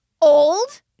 Old